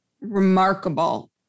remarkable